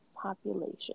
population